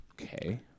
Okay